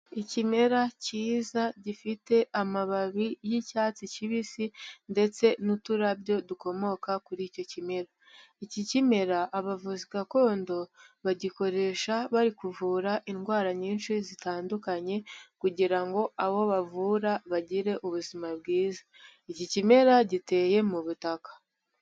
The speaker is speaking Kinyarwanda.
Ikimera cyiza gifite amababi y'icyatsi kibisi ndetse n'uturabyo dukomoka kuri icyo kimera. Iki kimera, abavuzi gakondo bagikoresha bari kuvura indwara nyinshi zitandukanye kugira ngo abo bavura bagire ubuzima bwiza. Iki kimera giteye mu butaka.